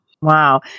Wow